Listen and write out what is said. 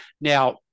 Now